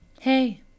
Hey